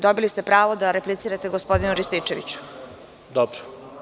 Dobili ste pravo da replicirate gospodinu Rističeviću.) Dobro.